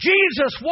Jesus